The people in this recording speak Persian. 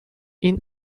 این